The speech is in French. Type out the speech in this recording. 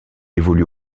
évolue